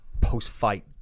post-fight